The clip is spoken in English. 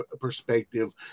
perspective